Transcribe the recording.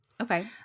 Okay